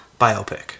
biopic